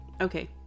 Okay